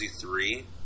three